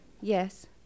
Yes